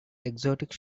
exotic